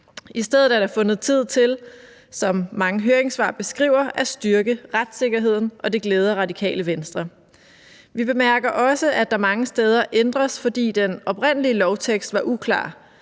I stedet er der fundet tid til, som mange høringssvar beskriver, at styrke retssikkerheden, og det glæder Radikale Venstre. Vi bemærker også, at der mange steder ændres, fordi den oprindelige lovtekst var uklar.